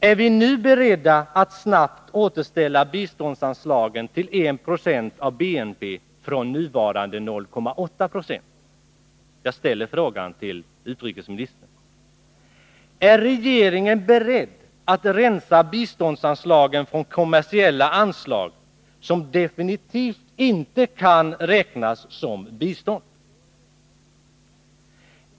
Är vi nu beredda att snabbt återställa biståndsanslagen till 1 96 av BNP från nuvarande 0,8 96? Jag ställer frågan till utrikesministern. Är regeringen beredd att rensa biståndsanslagen från kommersiella anslag, som definitivt inte kan räknas som bistånd?